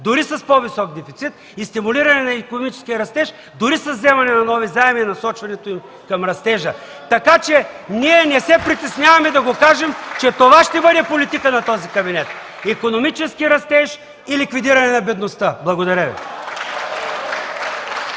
дори с по-високи дефицит и стимулиране на икономическия растеж, дори с вземане на нови заеми и насочването им към растежа. (Ръкопляскания от КБ и ДПС.) Ние не се притесняваме да кажем, че това ще бъде политика на този кабинет – икономически растеж и ликвидиране на бедността. Благодаря Ви.